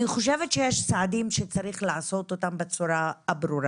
אני חושבת שיש צעדים שצריך לעשות אותם בצורה הברורה.